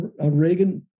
Reagan